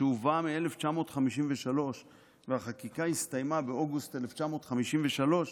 שהובא מ-1950 והחקיקה הסתיימה באוגוסט 1953,